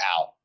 out